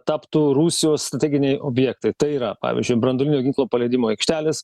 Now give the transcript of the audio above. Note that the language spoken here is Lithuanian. taptų rusijos strateginiai objektai tai yra pavyzdžiui branduolinio ginklo paleidimo aikštelės